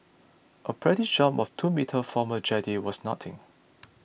a practice jump of two metres from a jetty was nothing